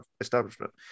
establishment